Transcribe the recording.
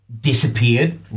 disappeared